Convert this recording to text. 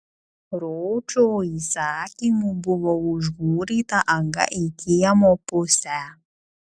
ročo įsakymu buvo užmūryta anga į kiemo pusę